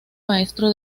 maestro